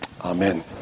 Amen